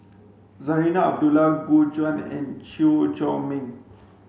Zarinah Abdullah Gu Juan and Chew Chor Meng